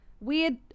weird